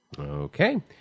Okay